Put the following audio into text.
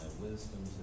wisdom